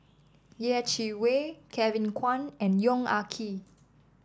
Yeh Chi Wei Kevin Kwan and Yong Ah Kee